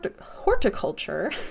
horticulture